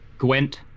Gwent